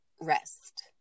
rest